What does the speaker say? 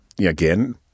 again